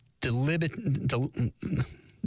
deliberate